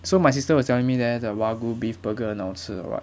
so my sister was telling me there the wagyu beef burger 很好吃 [what]